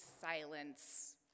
silence